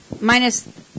minus